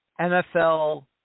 NFL